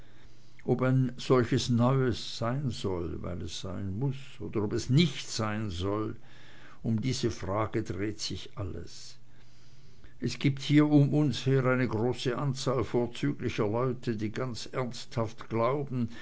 ob ein solches neues sein soll weil es sein muß oder ob es nicht sein soll um diese frage dreht sich alles es gibt hier um uns her eine große zahl vorzüglicher leute die ganz ernsthaft glauben